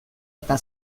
eta